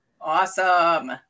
awesome